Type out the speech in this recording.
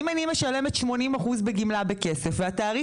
אם אני משלמת 80% בגמלה בכסף והתעריף